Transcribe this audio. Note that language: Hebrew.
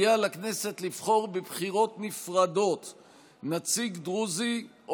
יהיה על הכנסת לבחור בבחירות נפרדות נציג דרוזי,